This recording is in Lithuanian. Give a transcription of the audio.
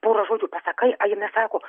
porą žodžių pasakai a jinai sako